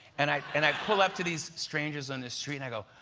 and i and i pull up to these strangers on street and i go,